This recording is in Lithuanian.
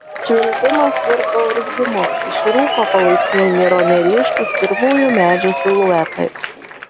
švilpimas virto urzgimu iš rūko palaipsniui niro neryškūs pirmųjų medžių siluetai